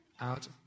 out